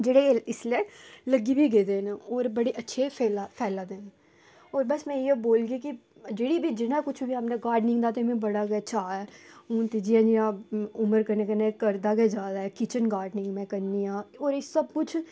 जेह्ड़े इसलै लग्गी बी गेदे न होर बड़े अच्छे फैला फैला दे न होर बस में इ'यै बोलगी कि जेह्ड़ी बी जेह्ड़ा कुछ बी गार्डनिंग दा ते बड़ा गै चाऽ ऐ हून ते जियां जियां उमर कन्नै कन्नै करदा गै जा दा ऐ किचन गार्डनिंग करनी आं होर एह् सब कुछ